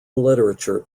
literature